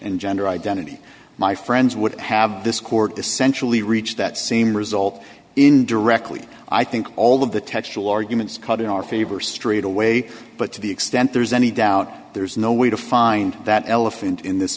and gender identity my friends would have this court essentially reached that same result in directly i think all of the textual arguments caught in our favor straight away but to the extent there's any doubt there's no way to find that elephant in this